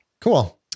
Cool